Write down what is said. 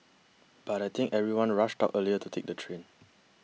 but I think everyone rushed out earlier to take the train